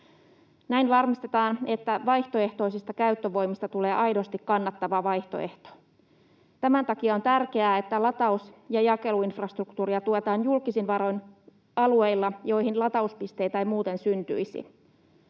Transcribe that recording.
Näin varmistetaan, että vaihtoehtoisista käyttövoimista tulee aidosti kannattava vaihtoehto. Tämän takia on tärkeää, että lataus- ja jakeluinfrastruktuuria tuetaan julkisin varoin alueilla, joille latauspisteitä ei muuten syntyisi.